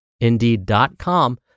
indeed.com